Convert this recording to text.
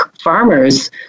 farmers